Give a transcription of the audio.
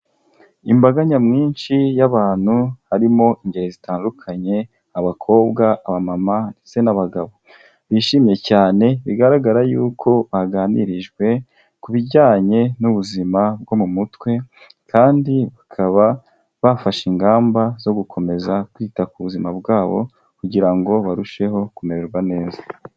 Imbaga nyamwinshi y'abantu, harimo ingeri zitandukanye, abakobwa, abamama ndetse n'abagabo bishimye cyane bigaragara yuko baganirijwe ku bijyanye n'ubuzima bwo mu mutwe kandi bakaba bafashe ingamba zo gukomeza kwita ku buzima bwabo kugira ngo barusheho kumererwa neza.